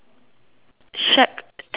shack to rent